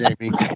Jamie